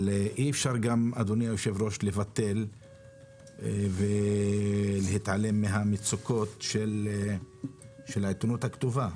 אבל אי אפשר לבטל ולהתעלם מהמצוקות של העיתונות הכתובה.